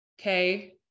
Okay